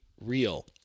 real